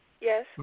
Yes